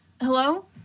hello